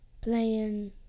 Playing